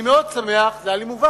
אני מאוד שמח, זה היה לי מובן,